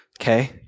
okay